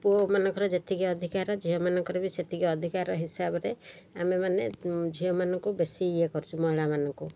ପୁଅମାନଙ୍କର ଯେତିକି ଅଧିକାର ଝିଅମାନଙ୍କର ବି ସେତିକି ଅଧିକାର ହିସାବରେ ଆମେମାନେ ଝିଅମାନଙ୍କୁ ବେଶୀ ଇଏ କରୁଛୁ ମହିଳାମାନଙ୍କୁ